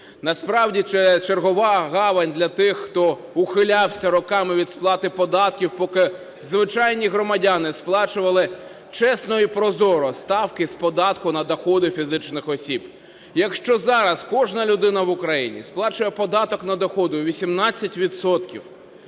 Насправді це чергова гавань для тих, хто ухилявся роками від сплати податків, поки звичайні громадяни сплачували чесно і прозоро ставки з податку на доходи фізичних осіб. Якщо зараз кожна людина в Україні сплачує податок на доходи у 18